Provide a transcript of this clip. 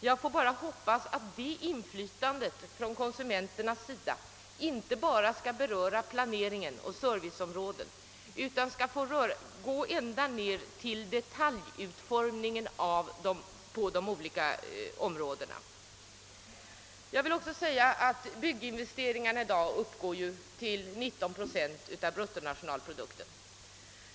Jag får bara hoppas att det ökade konsumentinflytandet inte bara kommer att gälla planeringen av serviceområden utan gå ända ned till detaljutformningen av de olika områdena. Byggnadsinvesteringarna uppgår i dag till 19 procent av bruttonationalprodukten.